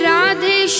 Radhe